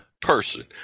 person